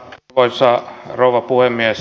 arvoisa rouva puhemies